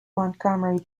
montgomery